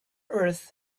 earth